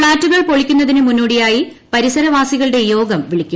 ഫ്ളാറ്റുകൾ പൊളിക്കുന്നതിന് മുന്നോടിയായി പരിസരവാസികളുടെ യോഗം വിളിക്കും